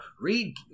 read